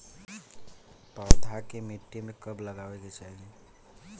पौधा के मिट्टी में कब लगावे के चाहि?